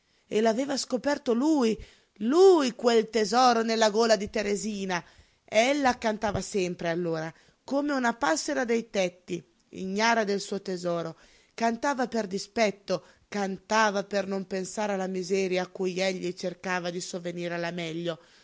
e l'aveva scoperto lui lui quel tesoro nella gola di teresina ella cantava sempre allora come una passera dei tetti ignara del suo tesoro cantava per dispetto cantava per non pensare alla miseria a cui egli cercava di sovvenire alla meglio